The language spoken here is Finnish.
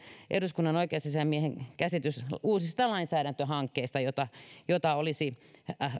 eduskunnan oikeusasiamiehen käsitys uusista lainsäädäntöhankkeista siitä mitä olisi